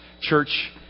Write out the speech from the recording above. church